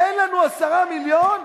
אין לנו 10 מיליון?